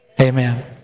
Amen